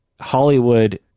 Hollywood